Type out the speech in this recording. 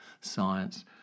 science